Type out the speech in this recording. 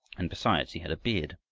and, besides, he had a beard.